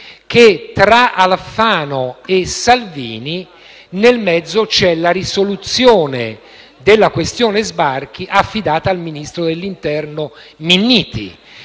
tra Alfano e Salvini, c'è la risoluzione della questione sbarchi affidata al ministro dell'interno Minniti.